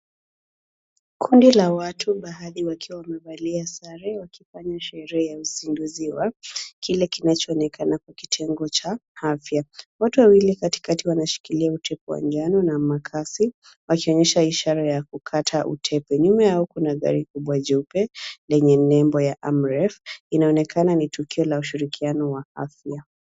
Kundi la watu baadhi wakiwa wamevalia sare wakifanya sherehe ya uzinduzio wa kile kinachoonekana kwa kitengo cha afya. Watu wawili katikati wanashikilia utepe wa njano na makasi wakionyesha ishara ya kukata utepe. Nyuma kuna gari kubwa jeupe lenye nembo ya AMREF.Inaonekana ni tukio la ushirikiano wa afya.